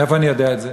מאיפה אני יודע את זה?